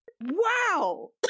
wow